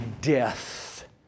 death